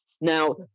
Now